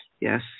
Yes